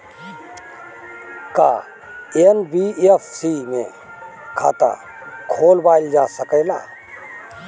का एन.बी.एफ.सी में खाता खोलवाईल जा सकेला?